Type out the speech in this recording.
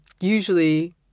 usually